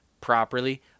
properly